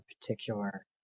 particular